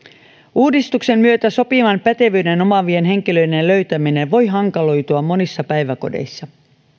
uudistuksen myötä sopivan pätevyyden omaavien henkilöiden löytäminen voi hankaloitua monissa päiväkodeissa